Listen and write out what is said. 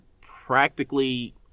practically